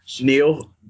Neil